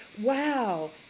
wow